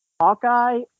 Hawkeye